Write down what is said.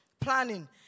planning